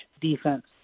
defense